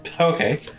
Okay